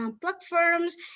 platforms